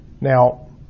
now